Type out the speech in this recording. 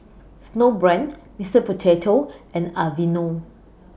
Snowbrand Mister Potato and Aveeno